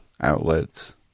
outlets